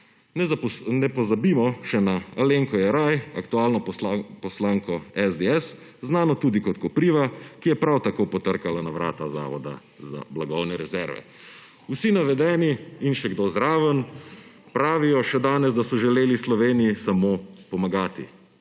Ne pozabimo še na Alenko Jeraj, aktualno poslanko SDS, znano tudi kot Kopriva, ki je prav tako potrkala na vrata Zavoda za blagovne rezerve. Vsi navedeni, in še kdo zraven, pravijo še danes, da so želeli Sloveniji samo pomagati.